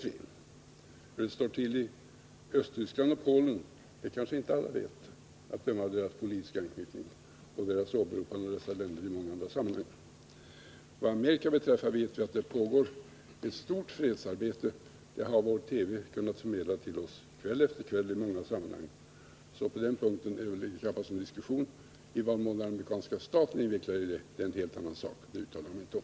Men hur det står till i Östtyskland och Polen är det kanske många som inte vet — att döma av deras politiska anknytning. Vad Amerika beträffar vet vi att det pågår ett stort fredsarbete — det har vår TV kunnat förmedla till oss kväll efter kväll — så på den punkten är det väl knappast någon diskussion. I vad mån den amerikanska staten är involverad i detta är en helt annan sak, och det uttalar jag mig inte om.